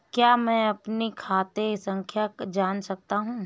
क्या मैं अपनी खाता संख्या जान सकता हूँ?